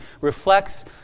reflects